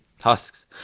husks